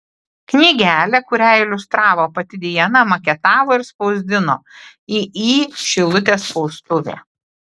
knygelę kurią iliustravo pati diana maketavo ir spausdino iį šilutės spaustuvė